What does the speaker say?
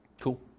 Cool